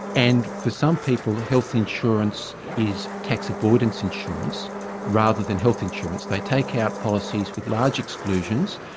and for some people health insurance is tax avoidance insurance rather than health insurance. they take out policies with large exclusions,